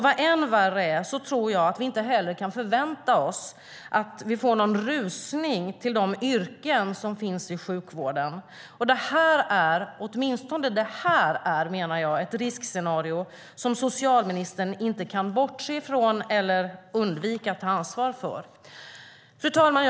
Vad än värre är tror jag att vi inte heller kan förvänta oss att vi får någon rusning till de yrken som finns i sjukvården. Det här är, menar jag, ett riskscenario som socialministern inte kan bortse från eller undvika att ta ansvar för. Fru talman!